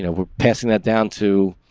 and we're passing that down, too.